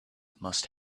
must